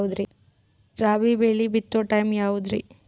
ರಾಬಿ ಬೆಳಿ ಬಿತ್ತೋ ಟೈಮ್ ಯಾವದ್ರಿ?